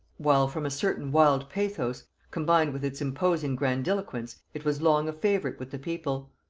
while from a certain wild pathos combined with its imposing grandiloquence it was long a favorite with the people.